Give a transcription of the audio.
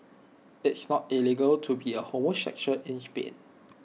it's not illegal to be A homosexual in Spain